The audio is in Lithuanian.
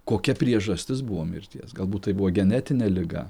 kokia priežastis buvo mirties galbūt tai buvo genetinė liga